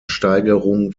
steigerung